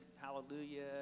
hallelujah